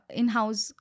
in-house